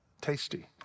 tasty